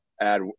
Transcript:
add